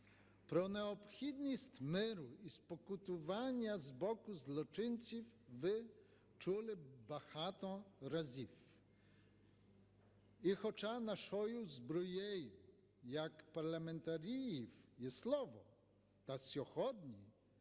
Про необхідність миру і спокутування з боку злочинців ви чули багато разів. І хоча нашою зброєю як парламентарів є слово, та сьогодні,